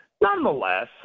Nonetheless